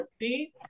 14